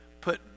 put